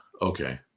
Okay